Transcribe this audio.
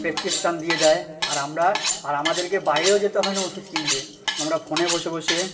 prescription দিয়ে দেয় আর আমরা আর আমাদেরকে বাইরেও যেতে হয় না ওষুধ কিনতে আমরা ফোনে বসে বসে